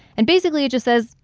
and basically, it just says,